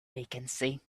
vacancy